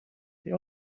they